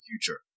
future